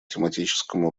тематическому